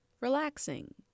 relaxing